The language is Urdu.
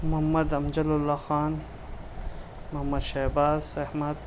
محمد امجل اللہ خان محمد شہباز احمد